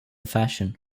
fashion